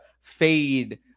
fade